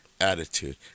attitude